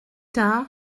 tard